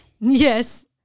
Yes